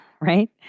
right